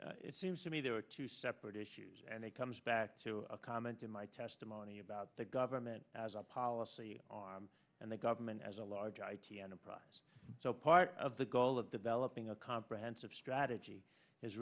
goals it seems to me there are two separate issues and it comes back to a comment in my testimony about the government as a policy and the government as a large ip enterprise so part of the goal of developing a comprehensive strategy is